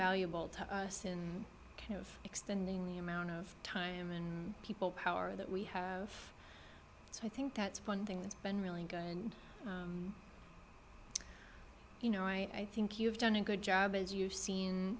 valuable to us in kind of extending the amount of time and people power that we have so i think that's one thing that's been really you know i think you've done a good job as you've seen